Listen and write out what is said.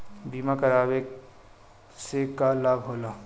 बीमा करावे से का लाभ होला?